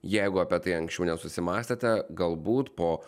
jeigu apie tai anksčiau nesusimąstėte galbūt po